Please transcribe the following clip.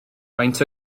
faint